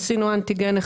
עשינו אנטיגן.